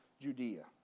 Judea